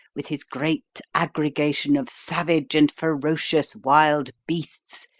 with his great aggregation of savage and ferocious wild beasts,